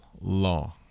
law